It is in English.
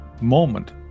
moment